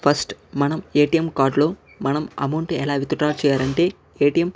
first మనం ATM card లో మనం అమౌంట్ ఎలా విత్ డ్రా చేయాలంటే ఏటీఎం